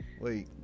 Wait